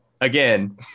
again